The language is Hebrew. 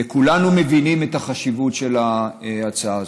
וכולנו מבינים את החשיבות של ההצעה הזאת.